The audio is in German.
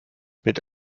mit